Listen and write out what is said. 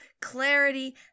clarity